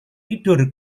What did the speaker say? tidur